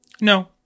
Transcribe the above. No